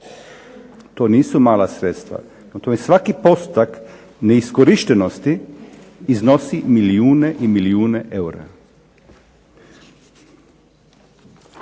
To nisu mala sredstva, prema tome svaki postotak neiskorištenosti iznosi milijune i milijune eura.